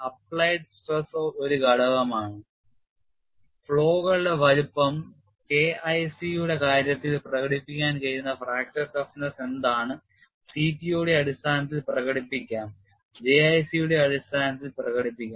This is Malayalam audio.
അപ്ലൈഡ് സ്ട്രെസ് ഒരു ഘടകമാണ് Flaw കളുടെ വലുപ്പം K IC യുടെ കാര്യത്തിൽ പ്രകടിപ്പിക്കാൻ കഴിയുന്ന ഫ്രാക്ചർ toughness എന്താണ് CTOD യുടെ അടിസ്ഥാനത്തിൽ പ്രകടിപ്പിക്കാം J IC യുടെ അടിസ്ഥാനത്തിൽ പ്രകടിപ്പിക്കാം